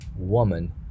woman